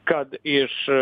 kad iš